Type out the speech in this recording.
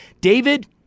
David